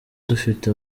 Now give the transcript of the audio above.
dufite